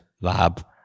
lab